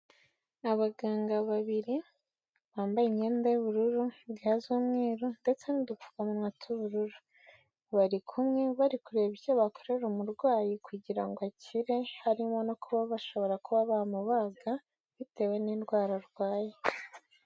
Abaganga babiri bambaye imyenda y'ubururu ga z'umweru ndetse n'udupfukamuwa tw'ubururu bari kumwe bari kureba icyo bakorera umurwayi kugira ngo akire harimo no kuba bashobora kuba bamubaga bitewe n'indwara arwaye.